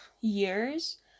years